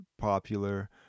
popular